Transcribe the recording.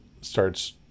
starts